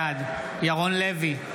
בעד ירון לוי,